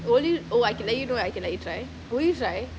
will you oh I can let you know I can let you try will you try